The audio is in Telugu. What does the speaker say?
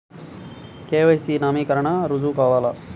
కే.వై.సి నవీకరణకి రుజువు కావాలా?